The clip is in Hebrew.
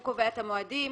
הוא קובע את המועדים,